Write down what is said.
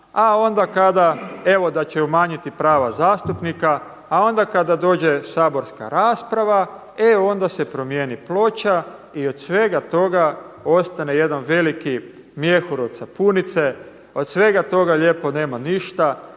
evo da će umanjiti prava zastupnika, a onda kada dođe saborska rasprava, e onda se promijeni ploča i od svega toga ostane jedan veliki mjehur od sapunice, od svega toga lijepo nema ništa,